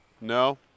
No